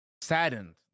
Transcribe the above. saddened